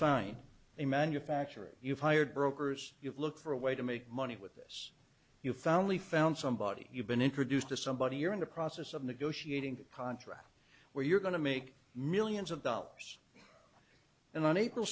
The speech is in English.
find a manufacturing you've hired brokers you've looked for a way to make money with this you found we found somebody you've been introduced to somebody you're in the process of negotiating a contract where you're going to make millions of dollars and on april